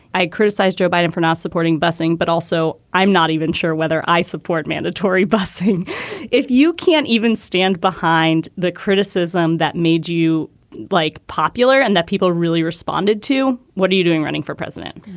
i criticized joe biden for not supporting busing. but also, i'm not even sure whether i support mandatory busing if you can't even stand behind the criticism that made you like popular and that people really responded to. what are you doing running for president?